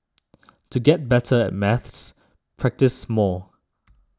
to get better at maths practise more